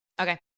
okay